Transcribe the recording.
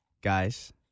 guys